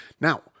Now